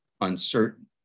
uncertain